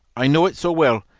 i know it so well,